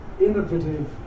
innovative